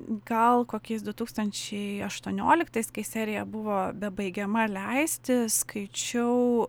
gal kokiais du tūkstančiai aštuonioliktais kai serija buvo bebaigiama leisti skaičiau